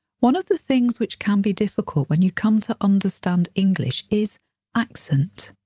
one of the things which can be difficult when you come to understand english is accent.